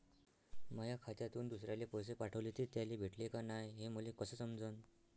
माया खात्यातून दुसऱ्याले पैसे पाठवले, ते त्याले भेटले का नाय हे मले कस समजन?